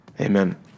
Amen